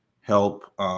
help